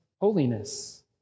holiness